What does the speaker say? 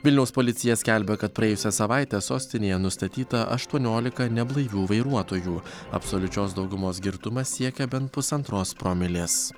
vilniaus policija skelbia kad praėjusią savaitę sostinėje nustatyta aštuoniolika neblaivių vairuotojų absoliučios daugumos girtumas siekia bent pusantros promilės